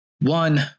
one